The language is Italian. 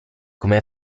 come